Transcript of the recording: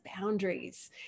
boundaries